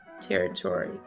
territory